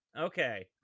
Okay